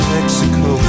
Mexico